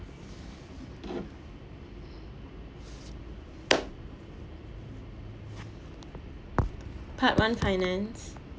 part one finance